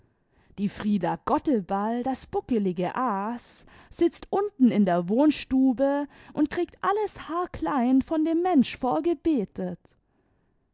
die frieda gotteball das buckelige aas sitzt unten in der wohnstube und kriegt alles haarklein von dem mensch vorgebetet